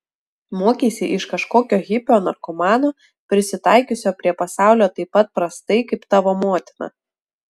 mokeisi iš kažkokio hipio narkomano prisitaikiusio prie pasaulio taip pat prastai kaip tavo motina